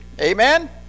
Amen